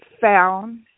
found